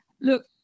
Look